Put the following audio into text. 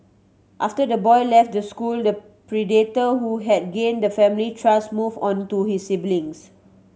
after the boy left the school the predator who had gained the family's trust moved on to his siblings